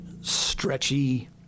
stretchy